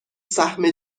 سهم